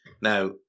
Now